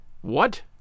What